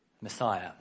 Messiah